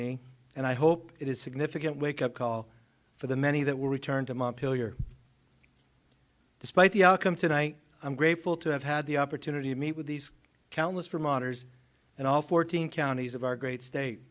me and i hope it is significant wake up call for the many that will return to montpellier despite the outcome tonight i'm grateful to have had the opportunity to meet with these countless vermonters and all fourteen counties of our great state